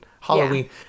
Halloween